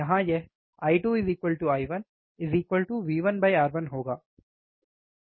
यहाँ यह I2 I1 V1 R1 होगा